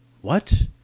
What